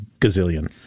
gazillion